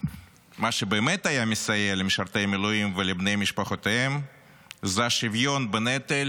מה שבאמת היה מסייע למשרתי המילואים ולבני משפחותיהם הוא השוויון בנטל